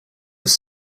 have